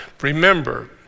Remember